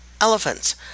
elephants